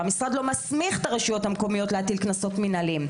המשרד לא מסמיך את הרשויות המקומיות להטיל קנסות מנהליים.